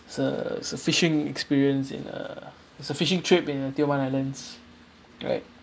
it's a it's a fishing experience in uh it's a fishing trip in tioman islands right